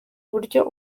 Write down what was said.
uburyo